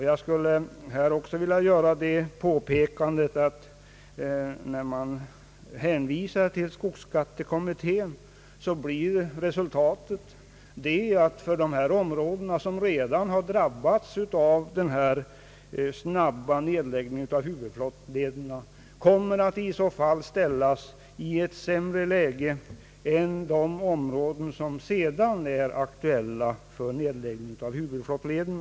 Jag skulle också vilja påpeka att om man hänvisar till skogsbeskattningskommittén, blir resultatet att de områden som redan drabbats av den snabba nedläggningen av huvudflottlederna kommer att ställas i ett sämre läge än de områden som senare är aktuella för nedläggning av huvudflottleder.